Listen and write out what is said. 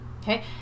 Okay